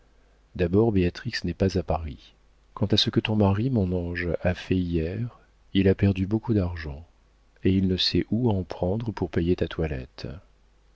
d'abord béatrix n'est pas à paris quant à ce que ton mari mon ange a fait hier il a perdu beaucoup d'argent et il ne sait où en prendre pour payer ta toilette